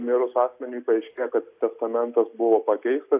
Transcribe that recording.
mirus asmeniui paaiškėja kad testamentas buvo pakeistas